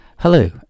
Hello